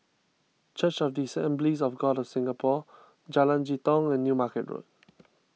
Church of the Assemblies of God of Singapore Jalan Jitong and New Market Road